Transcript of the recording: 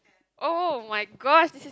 oh-my-gosh this is